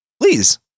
Please